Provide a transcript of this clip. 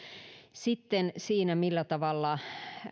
sitten siitä millä tavalla